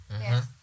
Yes